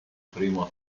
primo